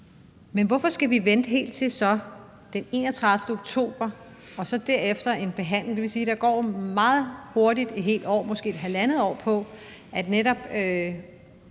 Men hvorfor skal vi vente helt til den 31. oktober for derefter så at behandle det? Det vil sige, at der meget hurtigt går et helt år, måske halvandet år, hvor vi netop